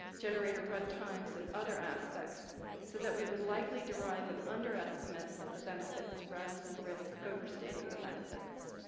generator runtimes and other aspects so that we would likely derive and underestimate of the benefits rather than risk overstating the benefits.